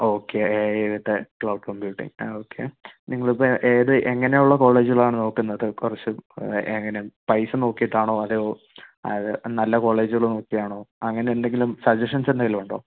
okay A I with cloud computing ആ okay നിങ്ങൾ ഇപ്പൊൾ ഏത് എങ്ങനെ ഉള്ള കോളേജുകളിലാണ് നോക്കുന്നത് കുറച്ച് പൈസ നോക്കിട്ട് ആണോ അതോ നല്ല കോളേജുകൾ നോക്കി ആണോ അങ്ങനെ എന്തെങ്കിലും സജസ്ഷൻസ് എന്തേലും ഉണ്ടോ